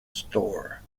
store